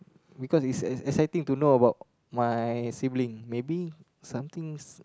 because it's ex~ exciting to know about my sibling maybe somethings